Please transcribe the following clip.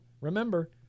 remember